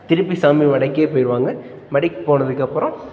திருப்பி சாமி மடைக்கே போய்டுவாங்க மடைக்கு போனதுக்கப்புறம்